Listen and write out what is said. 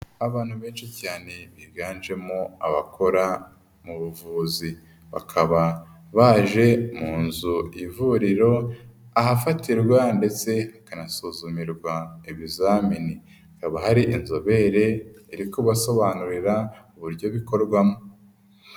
Abantu benshi cyane biganjemo abakora mu buvuzi, bakaba baje mu nzu y'ivuriro ahafatirwa ndetse hakanasuzumirwa ibizamini, hakaba hari inzobere iri kubasobanurira uburyo bikorwamo.